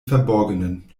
verborgenen